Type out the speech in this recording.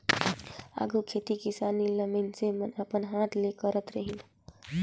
आघु खेती किसानी ल मइनसे मन अपन हांथे ले करत रहिन